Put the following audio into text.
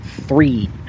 three